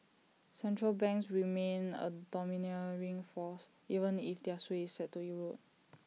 central banks remain A domineering force even if their sway is set to erode